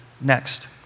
next